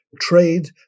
trade